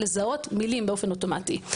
לזהות מילים באופן אוטומטי.